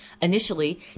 initially